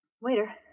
Waiter